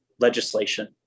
legislation